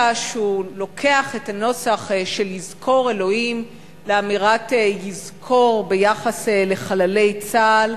שהוא לוקח את הנוסח של "יזכור אלוהים" לאמירת "יזכור" ביחס לחללי צה"ל.